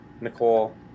Nicole